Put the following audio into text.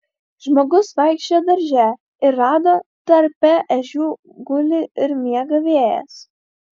žmogus vaikščiojo darže ir rado tarpe ežių guli ir miega vėjas